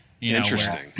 Interesting